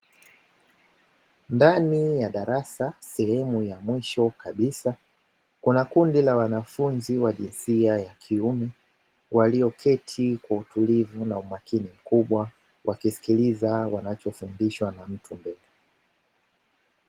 Ndani ya darasa sehemu ya mwisho kabisa, kuna kundi la wanafunzi wa jinsia ya kiume walioketi kwa utulivu na umakini mkubwa wakisikiliza wanachofundishwa na mtu mbele.